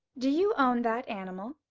do you own that animal?